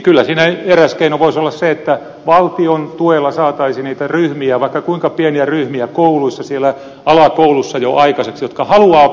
kyllä siinä eräs keino voisi olla se että valtion tuella saataisiin niitä ryhmiä vaikka kuinka pieniä ryhmiä siellä alakouluissa jo aikaan jotka haluavat opiskella venäjää